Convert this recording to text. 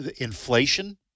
inflation